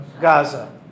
Gaza